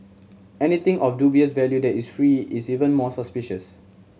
anything of dubious value that is free is even more suspicious